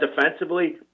defensively